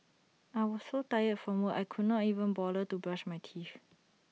I was so tired from work I could not even bother to brush my teeth